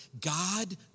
God